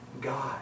God